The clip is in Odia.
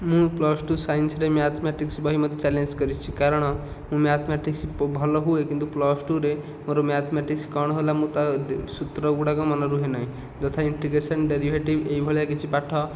ମୁଁ ପ୍ଲସ ଟୁ ସାଇନ୍ସରେ ମ୍ୟାଥମେଟିକ୍ସ ବହି ମୋତେ ଚାଲେଞ୍ଜ କରିଛି କାରଣ ମୁଁ ମ୍ୟାଥମେଟିକ୍ସ ଭଲ ହୁଏ କିନ୍ତୁ ପ୍ଲସ ଟୁରେ ମୋର ମ୍ୟାଥମେଟିକ୍ସ କଣ ହେଲା ମୁଁ ତ ସୂତ୍ର ଗୁଡ଼ାକ ମନେ ରୁହେ ନାହିଁ ଯଥା ଇଣ୍ଟିଗ୍ରେସନ ଡେରିଭେଟିଭ୍ ଏଇ ଭଳିଆ କିଛି ପାଠ